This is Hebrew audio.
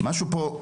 משהו פה,